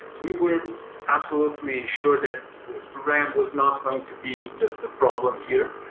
we were absolutely sure that ram was not going to be the the problem here,